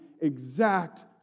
exact